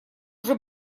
уже